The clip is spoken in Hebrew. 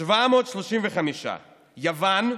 735, יוון,